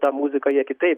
tą muziką jie kitaip